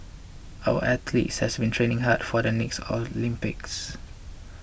our athletes has been training hard for the next Olympics